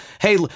hey